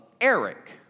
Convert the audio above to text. Eric